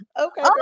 okay